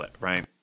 right